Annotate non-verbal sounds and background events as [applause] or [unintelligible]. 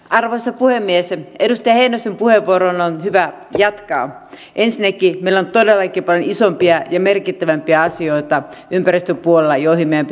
[unintelligible] arvoisa puhemies edustaja heinosen puheenvuoroon on hyvä jatkaa ensinnäkin meillä on todellakin paljon isompia ja merkittävämpiä asioita ympäristön puolella joihin meidän [unintelligible]